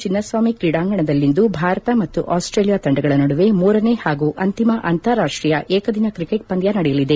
ಚಿನ್ನಸ್ವಾಮಿ ಕ್ರೀಡಾಂಗಣದಲ್ಲಿಂದು ಭಾರತ ಮತ್ತು ಆಸ್ಟೇಲಿಯಾ ತಂಡಗಳ ನಡುವೆ ಮೂರನೇ ಹಾಗೂ ಅಂತಿಮ ಅಂತಾರಾಷ್ಟೀಯ ಏಕದಿನ ಕ್ರಿಕೆಟ್ ಪಂದ್ಯ ನಡೆಯಲಿದೆ